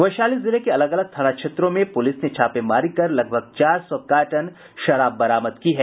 वैशाली जिले के अलग अलग थाना क्षेत्रों में पुलिस ने छापेमारी कर लगभग चार सौ कार्टन विदेशी शराब बरामद की है